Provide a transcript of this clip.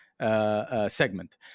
segment